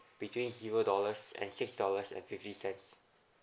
between zero dollars and six dollars and fifty cents